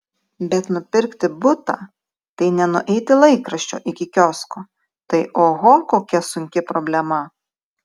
bet nupirkti butą tai ne nueiti laikraščio iki kiosko tai oho kokia sunki problema